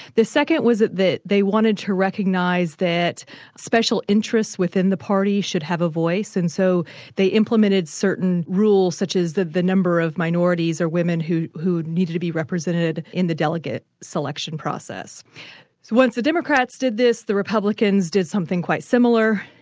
the second was that they wanted to recognise that special interests within the party should have a voice, and so they implemented certain rules, such as the the number of minorities or women who who needed to be represented in the delegate selection process. so once the democrats did this, the republicans did something quite similar,